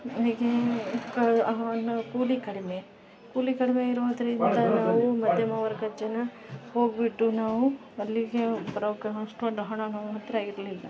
ಈಗ ಕೂಲಿ ಕಡಿಮೆ ಕೂಲಿ ಕಡಿಮೆ ಇರೋದ್ರಿಂದ ನಾವು ಮಧ್ಯಮ ವರ್ಗದ ಜನ ಹೋಗಿಬಿಟ್ಟು ನಾವು ಬರಲಿಕ್ಕೆ ಬರೋಕೆ ಅಷ್ಟೊಂದು ಹಣ ನಮ್ಮಹತ್ರ ಇರಲಿಲ್ಲ